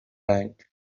رنگ